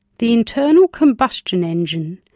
the internal combustion engine,